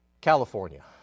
California